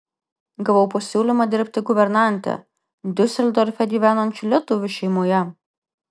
gavau pasiūlymą dirbti guvernante diuseldorfe gyvenančių lietuvių šeimoje